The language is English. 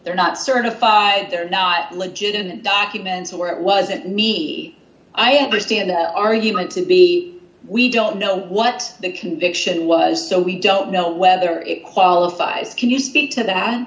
they're not certified they're not legit in documents or it wasn't me i understand the argument to be we don't know what the conviction was so we don't know whether it qualifies can you speak to that